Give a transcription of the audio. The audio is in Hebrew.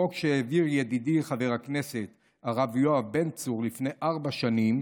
חוק שהעביר ידידי חבר הכנסת הרב יואב בן צור לפני ארבע שנים